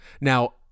Now